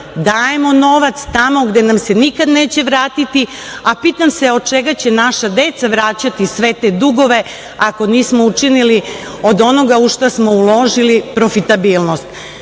dajemo novac tamo gde nam se nikada neće vratiti, a pitam se od čega će naša deca vraćati sve te dugove ako nismo učinili onoga u šta smo uložili profitabilnost? Živela